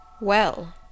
Well